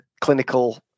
clinical